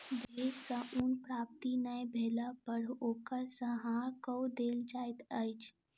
भेड़ सॅ ऊन प्राप्ति नै भेला पर ओकर संहार कअ देल जाइत अछि